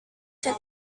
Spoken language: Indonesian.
saya